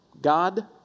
God